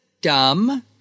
dumb